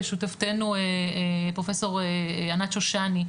שותפתנו פרופסור ענת שושני,